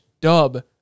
dub